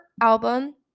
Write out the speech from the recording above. album